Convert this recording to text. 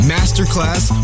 Masterclass